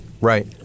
right